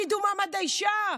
קידום מעמד האישה,